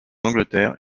angleterre